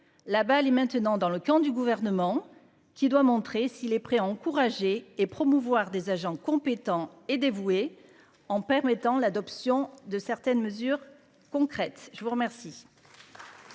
La balle est maintenant dans le camp du gouvernement qui doit montrer s'il est prêt à encourager et promouvoir des agents compétents et dévoués, en permettant l'adoption de certaines mesures concrètes, je vous remercie.